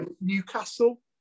Newcastle